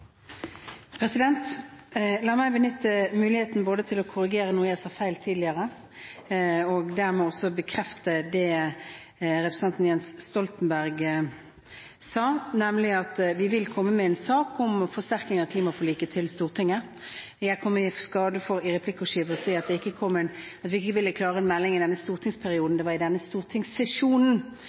La meg benytte muligheten til både å korrigere noe jeg sa feil tidligere, og dermed også bekrefte det representanten Jens Stoltenberg sa, nemlig at vi vil komme med en sak om forsterking av klimaforliket til Stortinget. Jeg kom i skade for i et replikkordskifte å si at vi ikke ville klare en melding i denne stortingsperioden, det skulle være i denne stortingssesjonen